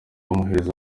bamwohereza